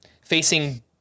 facing